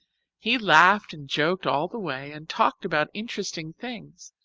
he laughed and joked all the way and talked about interesting things.